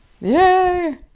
Yay